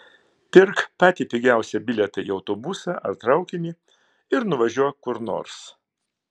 pirk patį pigiausią bilietą į autobusą ar traukinį ir nuvažiuok kur nors